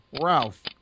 Ralph